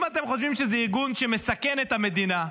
אם אתם חושבים שזה ארגון שמסכן את המדינה,